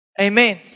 Amen